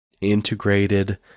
integrated